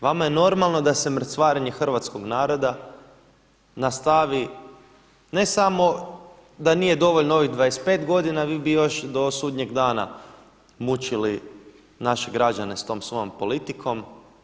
Vama je normalno da se mrcvarenje hrvatskoga naroda nastavi ne samo da nije dovoljno ovih 25 godina, vi bi još do sudnjeg dana mučili naše građane s tom svojom politikom.